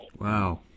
Wow